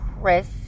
Chris